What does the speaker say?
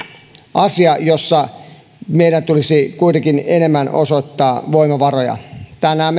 asia johon meidän tulisi kuitenkin enemmän osoittaa voimavaroja tänään